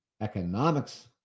Economics